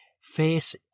face